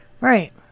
Right